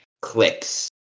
clicks